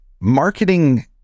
marketing